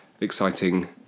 exciting